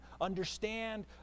understand